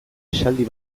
esaldi